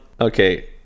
okay